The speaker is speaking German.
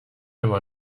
immer